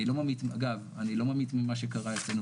אני לא ממעיט אגב ממה שקרה אצלנו,